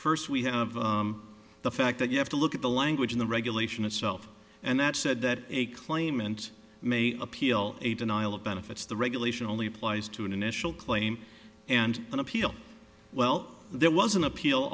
first we have the fact that you have to look at the language in the regulation itself and that said that a claimant may appeal a denial of benefits the regulation only applies to an initial claim and an appeal well there was an appeal